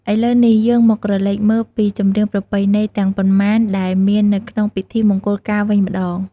ឥឡូវនេះ យើងមកក្រឡេកមើលពីចម្រៀងប្រណៃណីទាំងប៉ុន្មានដែលមាននៅក្នុងពិធីមង្គលការវិញម្ដង។